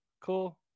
Cool